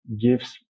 gives